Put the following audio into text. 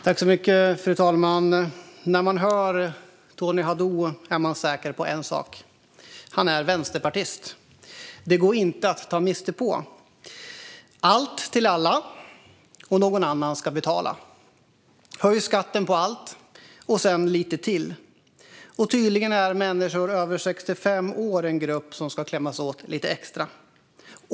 Fru talman! När man hör Tony Haddou tala blir man säker på en sak: Han är vänsterpartist. Det går inte att ta miste på. Allt till alla, och någon annan ska betala. Höj skatten på allt - och sedan lite till. Tydligen är dessutom människor över 65 år en grupp som ska klämmas åt lite extra.